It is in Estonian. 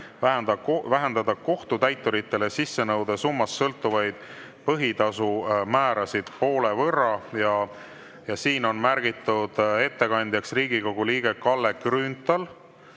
vähendada kohtutäituritele sissenõude summast sõltuvaid põhitasu määrasid poole võrra". Siin on märgitud ettekandjaks Riigikogu liige Kalle Grünthal,